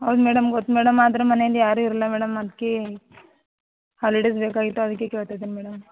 ಹೌದು ಮೇಡಮ್ ಗೊತ್ತು ಮೇಡಮ್ ಆದರೆ ಮನೆಯಲ್ಲಿ ಯಾರು ಇರೋಲ್ಲ ಮೇಡಮ್ ಅದಕ್ಕೆ ಹಾಲಿಡೇಸ್ ಬೇಕಾಗಿತ್ತು ಅದಕ್ಕೆ ಕೇಳ್ತಾಯಿದ್ದಿನಿ ಮೇಡಮ್